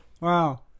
Wow